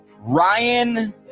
Ryan